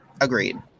Agreed